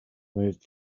moved